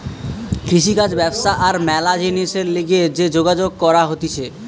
কৃষিকাজ ব্যবসা আর ম্যালা জিনিসের লিগে যে যোগাযোগ করা হতিছে